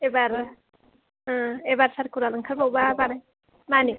एबार ओ एबार सारखुलार ओंखारबावबा बानाय मानि